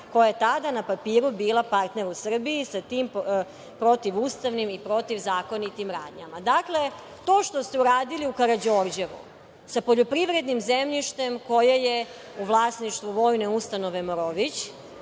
koja je tada na papiru bila partner u Srbiji sa tim protivustavnim i protivzakonitim radnjama. Dakle, to što ste uradili u Karađorđevu sa poljoprivrednim zemljištem koje je u vlasništvu Vojne ustanove „Morović“